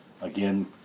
again